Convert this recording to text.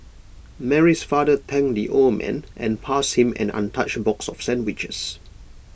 Mary's father thanked the old man and passed him an untouched box of sandwiches